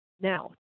now